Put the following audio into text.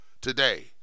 today